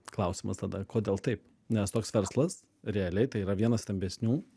klausimas tada kodėl taip nes toks verslas realiai tai yra vienas stambesnių